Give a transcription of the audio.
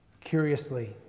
curiously